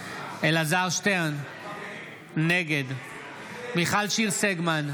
אלעזר שטרן, נגד מיכל שיר סגמן,